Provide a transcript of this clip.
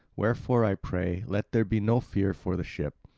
wherefore, i pray, let there be no fear for the ship.